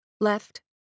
left